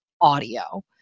audio